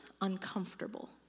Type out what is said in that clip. uncomfortable